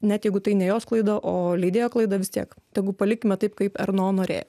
net jeigu tai ne jos klaida o leidėjo klaida vis tiek tegu palikime taip kaip erno norėjo